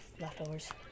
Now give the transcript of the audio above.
leftovers